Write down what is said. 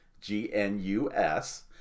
G-N-U-S